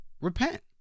repent